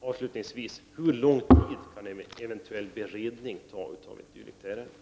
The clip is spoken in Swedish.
Avslutningsvis undrar jag hur lång tid en eventuell beredning kan ta i ett dylikt ärende.